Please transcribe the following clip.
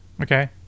okay